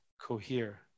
cohere